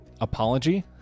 Apology